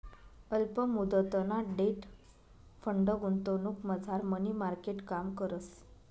अल्प मुदतना debt fund गुंतवणुकमझार मनी मार्केट काम करस